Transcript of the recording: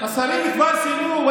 השרים כבר סיימו.